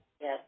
Yes